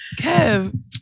Kev